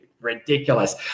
ridiculous